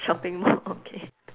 shopping mall okay